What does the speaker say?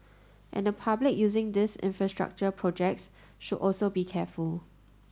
and the public using these infrastructure projects should also be careful